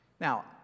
Now